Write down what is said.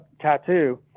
tattoo